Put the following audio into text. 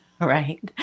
right